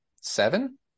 seven